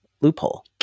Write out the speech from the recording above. loophole